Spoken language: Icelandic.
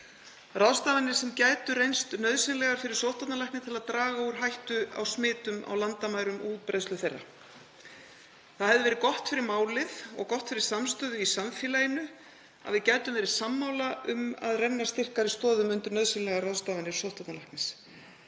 ráðstafanir sem gætu reynst nauðsynlegar fyrir sóttvarnalækni til að draga úr hættu á smitum á landamærum og útbreiðslu þeirra. Það hefði verið gott fyrir málið og gott fyrir samstöðu í samfélaginu að við gætum verið sammála um að renna styrkari stoðum undir nauðsynlegar ráðstafanir sóttvarnalæknis.